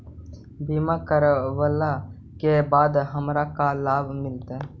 बीमा करवला के बाद हमरा का लाभ मिलतै?